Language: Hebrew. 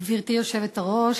גברתי היושבת-ראש,